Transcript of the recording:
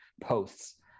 posts